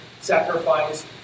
sacrifice